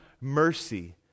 mercy